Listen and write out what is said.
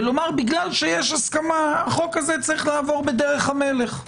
ולומר: בגלל שיש הסכמה החוק הזה צריך לעבור בדרך המלך.